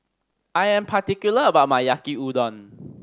I am particular about my Yaki Udon